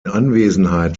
anwesenheit